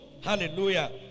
Hallelujah